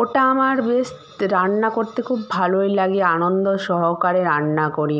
ওটা আমার বেশ রান্না করতে খুব ভালোই লাগে আনন্দ সহকারে রান্না করি